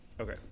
okay